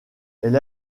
elle